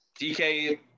DK –